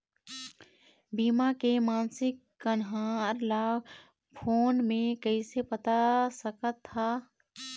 बीमा के मासिक कन्हार ला फ़ोन मे कइसे पता सकत ह?